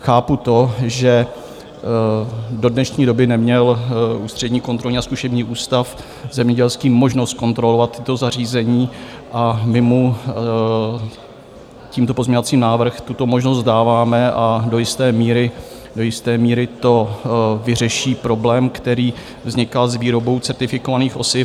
Chápu to, že do dnešní doby neměl Ústřední kontrolní a zkušební ústav zemědělský možnost kontrolovat tato zařízení a my mu tímto pozměňovací návrh tuto možnost dáváme, a do jisté míry to vyřeší problém, který vznikal s výrobou certifikovaných osiv.